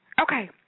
Okay